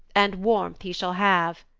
and warmth he shall have,